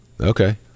Okay